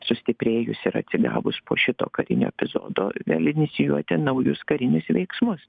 sustiprėjus ir atsigavus po šito karinio epizodo vėl inicijuoti naujus karinius veiksmus